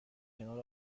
کنار